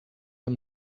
amb